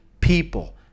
people